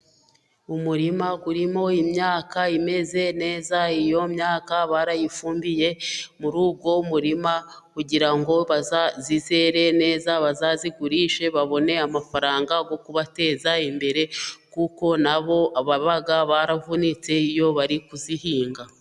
Umurima urimo imyaka imeze neza, iyo myaka barayifumbiye muri uwo murima kugira ngo izere neza bazayigurishe babone amafaranga yo kubateza imbere, kuko na bo baba baravunitse iyo bari kuyihinga.